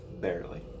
barely